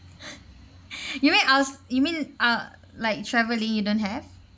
you mean ask you mean uh like travelling you don't have